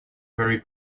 very